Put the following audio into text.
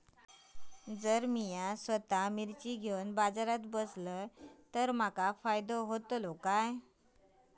जर मी स्वतः मिर्ची घेवून बाजारात बसलय तर माका फायदो होयत काय?